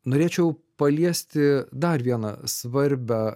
norėčiau paliesti dar vieną svarbią